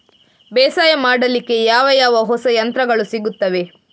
ಬೇಸಾಯ ಮಾಡಲಿಕ್ಕೆ ಯಾವ ಯಾವ ಹೊಸ ಯಂತ್ರಗಳು ಸಿಗುತ್ತವೆ?